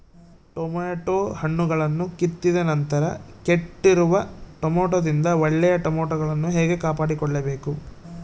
Tomato ಹಣ್ಣುಗಳನ್ನು ಕಿತ್ತಿದ ನಂತರ ಕೆಟ್ಟಿರುವ ಟೊಮೆಟೊದಿಂದ ಒಳ್ಳೆಯ ಟೊಮೆಟೊಗಳನ್ನು ಹೇಗೆ ಕಾಪಾಡಿಕೊಳ್ಳಬೇಕು?